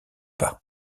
pas